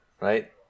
right